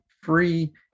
free